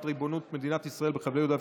הריבונות של מדינת ישראל בחבלי יהודה והשומרון,